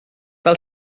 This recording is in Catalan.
del